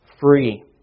free